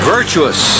Virtuous